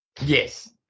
Yes